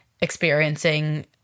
experiencing